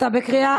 אתה בקריאה,